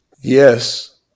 Yes